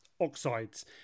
oxides